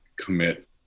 commit